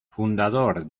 fundador